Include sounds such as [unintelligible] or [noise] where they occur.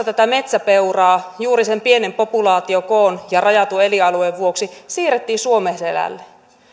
[unintelligible] tätä metsäpeuraa juuri sen pienen populaatiokoon ja rajatun elinalueen vuoksi siirrettiin suomenselälle